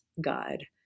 God